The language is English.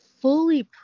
fully